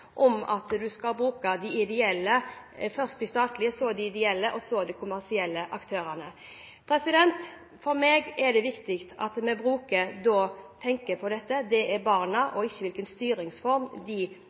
om at man først skal bruke de statlige, så de ideelle og så de kommersielle aktørene. For meg er det viktig at vi tenker på barna